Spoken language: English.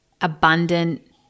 abundant